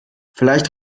vielleicht